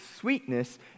sweetness